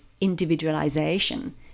individualization